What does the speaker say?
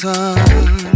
Sun